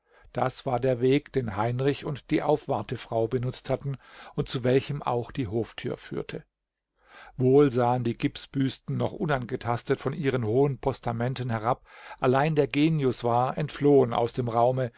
das war der weg den heinrich und die aufwartefrau benutzt hatten und zu welchem auch die hofthür führte wohl sahen die gipsbüsten noch unangetastet von ihren hohen postamenten herab allein der genius war entflohen aus dem raume